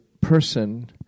person